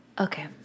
Okay